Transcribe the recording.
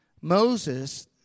Moses